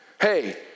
Hey